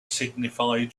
signified